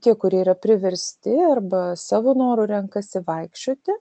tie kurie yra priversti arba savo noru renkasi vaikščioti